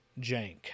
jank